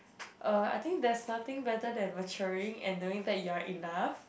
uh I think there's nothing better than maturing and knowing that you are enough